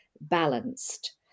balanced